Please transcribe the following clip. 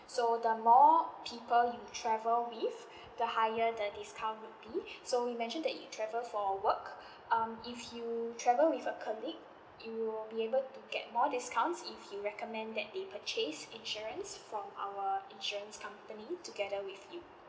so the more people you travel with the higher the discount would be so you mentioned that you travel for work um if you travel with a colleague you'll be able to get more discounts if you recommend that they purchase insurance from our insurance company together with you